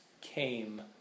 came